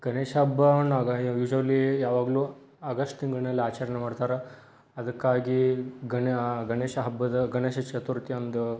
ಗಣೇಶ ಹಬ್ಬವನ್ನು ಯೂಶ್ವಲಿ ಯಾವಾಗಲೂ ಆಗಸ್ಟ್ ತಿಂಗಳಿನಲ್ಲಿ ಆಚರಣೆ ಮಾಡ್ತಾರೆ ಅದಕ್ಕಾಗಿ ಗಣ ಗಣೇಶ ಹಬ್ಬದ ಗಣೇಶ ಚತುರ್ಥಿಯಂದು